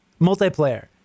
multiplayer